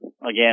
again